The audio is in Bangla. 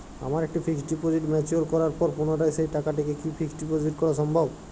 আমার একটি ফিক্সড ডিপোজিট ম্যাচিওর করার পর পুনরায় সেই টাকাটিকে কি ফিক্সড করা সম্ভব?